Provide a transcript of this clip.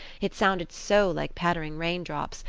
it sounded so like pattering raindrops,